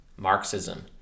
Marxism